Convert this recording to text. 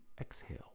Exhale